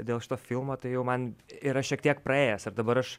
dėl šito filmo tai jau man yra šiek tiek praėjęs ir dabar aš